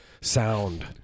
sound